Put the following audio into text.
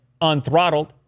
unthrottled